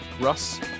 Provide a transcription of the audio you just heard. Russ